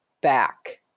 back